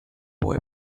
boy